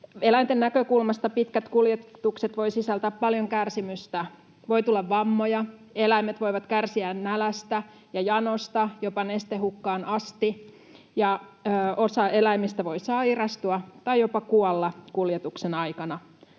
Eläinten näkökulmasta pitkät kuljetukset voivat sisältää paljon kärsimystä. Voi tulla vammoja, eläimet voivat kärsiä nälästä ja janosta, jopa nestehukkaan asti, ja osa eläimistä voi sairastua tai jopa kuolla kuljetuksen aikana.